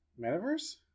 metaverse